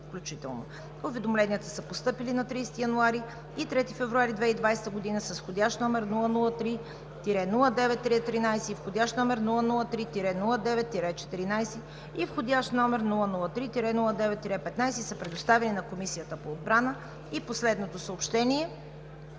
Уведомленията са постъпили на 30 януари и 3 февруари 2020 г. с входящ № 003-09-13, входящ № 003-09-14 и входящ № 003-09-15 и са предоставени на Комисията по отбрана. Последното съобщение: